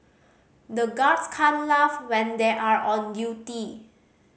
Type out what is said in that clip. the guards can't laugh when they are on duty